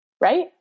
right